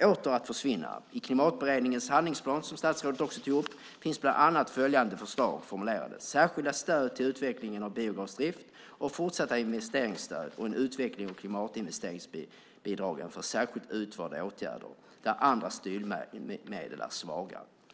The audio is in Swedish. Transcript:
åter, och kan försvinna. I Klimatberedningens handlingsplan, som statsrådet också tog upp, finns bland annat följande förslag formulerade: särskilda stöd till utvecklingen av biogasdrift och fortsatta investeringsstöd och en utveckling av klimatinvesteringsbidragen för särskilt utvalda åtgärder där andra styrmedel är svaga.